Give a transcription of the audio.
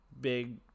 big